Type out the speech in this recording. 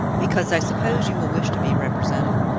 because i suppose you will wish to be represented.